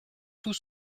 tout